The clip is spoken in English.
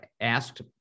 asked